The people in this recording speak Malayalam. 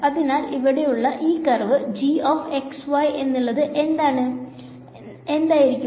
അതിനാൽ ഇവിടെയുള്ള ഈ കർവ് എന്തായിരിക്കും